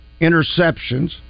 interceptions